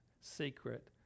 secret